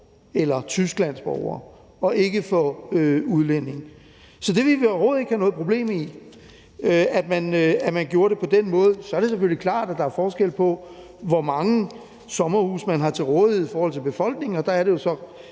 eller Tysklands borgere og ikke for udlændinge. Så vi ville overhovedet ikke have noget problem med, at man gjorde det på den måde. Så er det selvfølgelig klart, at der er forskel på, hvor mange sommerhuse man har til rådighed i forhold til befolkningen, og der er det jo så